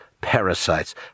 parasites